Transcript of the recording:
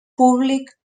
públic